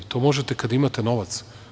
To možete kad imate novac.